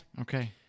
Okay